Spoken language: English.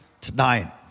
tonight